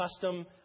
custom